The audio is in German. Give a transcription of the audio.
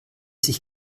sich